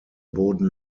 boden